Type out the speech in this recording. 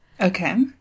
Okay